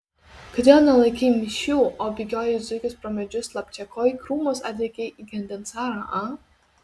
kodėl nelaikai mišių o bėgioji it zuikis pro medžius slapčia ko į rūmus atlėkei įkandin caro a